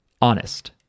honest